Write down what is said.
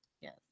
Yes